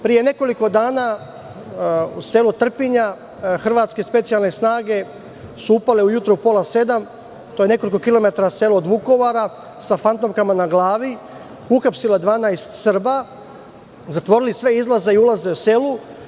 Pre nekoliko dana u selu Trpinja hrvatske specijalne snage su upale ujutro, u pola sedam, to je nekoliko kilometara selo od Vukovara, sa fantomkama na glavi, uhapsile 12 Srba, zatvorili sve izlaze i ulaze u selu.